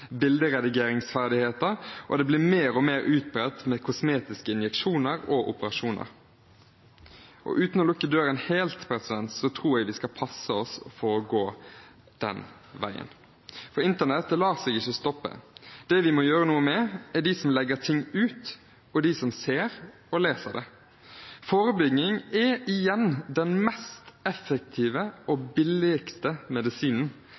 og det blir mer og mer utbredt med kosmetiske injeksjoner og operasjoner. Uten å lukke døren helt tror jeg vi skal passe oss for å gå den veien. For internett lar seg ikke stoppe. Det vi må gjøre noe med, gjelder de som legger ting ut, og de som ser og leser det. Forebygging er, igjen, den mest effektive og billigste medisinen,